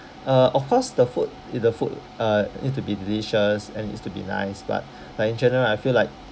uh of course the food i~ the food uh need to be delicious and needs to be nice but like in general I feel like